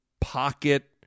pocket